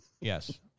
Yes